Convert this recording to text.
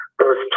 earth